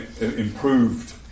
improved